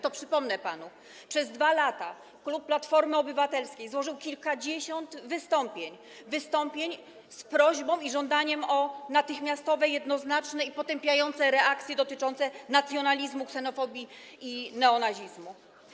To przypomnę panu: przez 2 lata klub Platformy Obywatelskiej złożył kilkadziesiąt wystąpień, wystąpień z prośbą, żądaniem natychmiastowych, jednoznacznych i potępiających reakcji dotyczących nacjonalizmu, ksenofobii i neonazizmu.